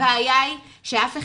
הבעיה היא שאף אחד,